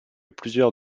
plusieurs